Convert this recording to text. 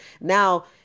Now